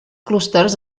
clústers